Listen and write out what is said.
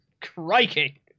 Crikey